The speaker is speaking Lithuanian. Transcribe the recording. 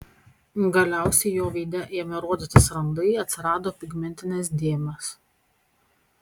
galiausiai jo veide ėmė rodytis randai atsirado pigmentinės dėmės